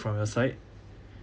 from your side